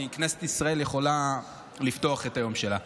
כנסת ישראל יכולה לפתוח את היום שלה.